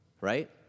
right